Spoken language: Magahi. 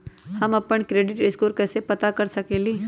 हम अपन क्रेडिट स्कोर कैसे पता कर सकेली?